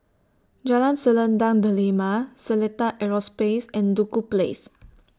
Jalan Selendang Delima Seletar Aerospace and Duku Place